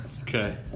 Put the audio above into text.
Okay